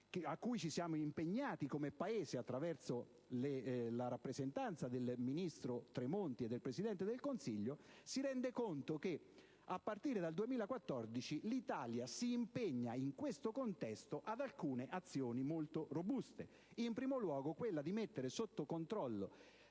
quali ci siamo impegnati come Paese attraverso la rappresentanza del ministro Tremonti e del Presidente del Consiglio, si rende conto che a partire dal 2014 l'Italia si impegna in questo contesto ad alcune azioni molto robuste, in primo luogo quella di mettere sotto controllo